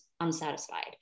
unsatisfied